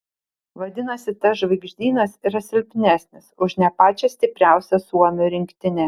vadinasi tas žvaigždynas yra silpnesnis už ne pačią stipriausią suomių rinktinę